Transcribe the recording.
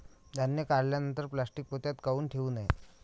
धान्य काढल्यानंतर प्लॅस्टीक पोत्यात काऊन ठेवू नये?